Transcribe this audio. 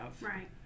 Right